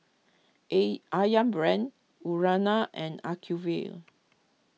A Ayam Brand Urana and Acuvue